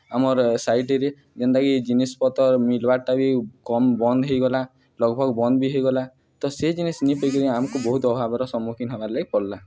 ଆମର୍ ସାଇଡ଼୍ରେ ଜେନ୍ଟାକି ଜିନିଷ୍ ପତର୍ ମିଲ୍ବାର୍ଟା ବି କମ୍ ବନ୍ଦ୍ ହେଇଗଲା ଲଗ୍ଭଗ୍ ବନ୍ଦ୍ ବି ହେଇଗଲା ତ ସେ ଜିନିଷ୍ ନିପାଇକରି ଆମ୍କୁ ବହୁତ୍ ଅଭାବ୍ର ସମ୍ମୁଖୀନ ହେବାର୍ ଲାଗି ପଡ଼୍ଲା